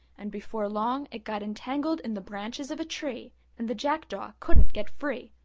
and before long it got entangled in the branches of a tree and the jackdaw couldn't get free,